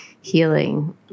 healing